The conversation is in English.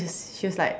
she was like